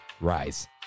rise